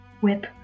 whip